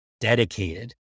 dedicated